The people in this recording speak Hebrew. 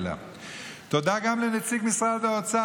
ואביבה פאר ממשרד הביטחון,